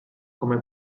come